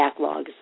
backlogs